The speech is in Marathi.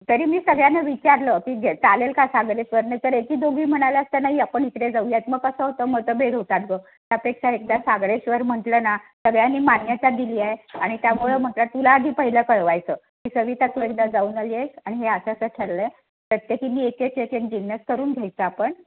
तरी मी सगळ्यांना विचारलं की जे चालेल का सागरेश्वरने तर एकीदोघी म्हणाल्या त्यांनाही आपण इकडे जाऊयात मग कसं होतं मतभेद होतात बघ त्यापेक्षा एकदा सागरेश्वर म्हटलं ना सगळ्यांनी मान्यता दिली आहे आणि त्यामुळे म्हटलं तुला आधी पहिलं कळवायचं की सविता तू एकदा जाऊन आली आहेस आणि हे असं असं ठरलं आहे प्रत्येकीने एकच एक जिन्नस करून घ्यायचा आपण